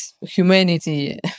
humanity